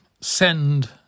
send